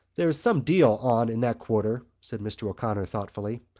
there's some deal on in that quarter, said mr. o'connor thoughtfully.